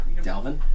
Dalvin